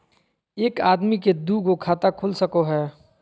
एक आदमी के दू गो खाता खुल सको है?